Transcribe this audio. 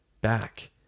back